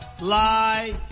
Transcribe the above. lie